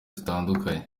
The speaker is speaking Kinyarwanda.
zitandukanye